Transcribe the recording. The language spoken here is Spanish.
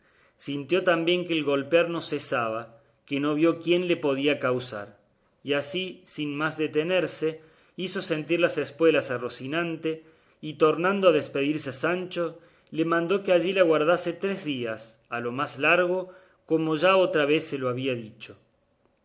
sintió también que el golpear no cesaba pero no vio quién lo podía causar y así sin más detenerse hizo sentir las espuelas a rocinante y tornando a despedirse de sancho le mandó que allí le aguardase tres días a lo más largo como ya otra vez se lo había dicho